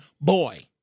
boy